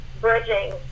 bridging